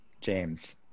James